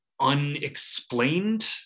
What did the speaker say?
unexplained